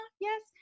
yes